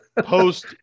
Post